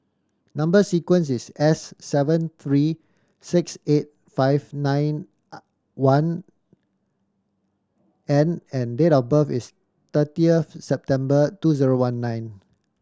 number sequence is S seven three six eight five nine one N and date of birth is thirtieth September two zero one nine